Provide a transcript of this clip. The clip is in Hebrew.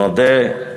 נודה.